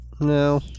No